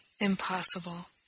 impossible